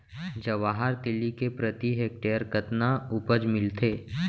जवाहर तिलि के प्रति हेक्टेयर कतना उपज मिलथे?